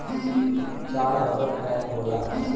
चार rubber cap होला